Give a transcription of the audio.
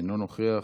אינו נוכח.